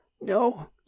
No